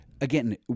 Again